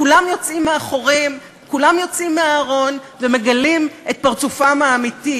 אני רוצה לברך את יושב-ראש ועדת הכספים חבר הכנסת גפני,